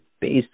based